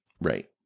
right